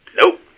Nope